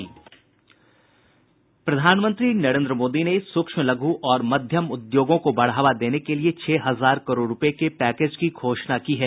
प्रधानमंत्री नरेन्द्र मोदी ने सूक्ष्म लघु और मध्यम उद्योगों को बढ़ावा देने के लिए छह हजार करोड़ रुपये के पैकेज की घोषणा की है